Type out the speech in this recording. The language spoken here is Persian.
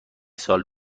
سال